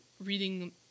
Reading